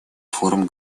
форум